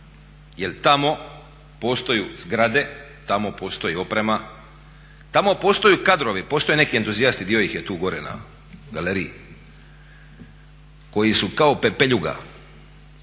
jer tamo postoju zgrade, tamo postoji oprema, tamo postoje kadrovi, postoje neki entuzijasti, dio ih je tu gore na galeriji koji su kao pepeljuga